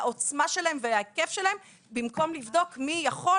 לעוצמתם ולהיקפם במקום לבדוק מי יכול